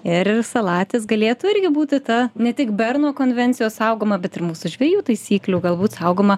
ir salatis galėtų irgi būti ta ne tik berno konvencijos saugoma bet ir mūsų žvejų taisyklių galbūt saugoma